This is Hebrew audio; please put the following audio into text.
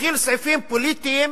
מכיל סעיפים פוליטיים,